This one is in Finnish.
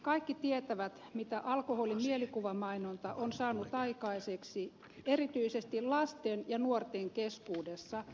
kaikki tietävät mitä alkoholin mielikuvamainonta on saanut aikaiseksi erityisesti lasten ja nuorten keskuudessa